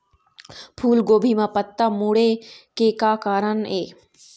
फूलगोभी म पत्ता मुड़े के का कारण ये?